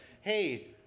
hey